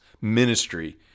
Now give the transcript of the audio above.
ministry